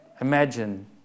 imagine